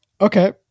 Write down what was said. Okay